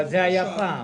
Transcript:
זה היה פעם.